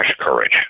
courage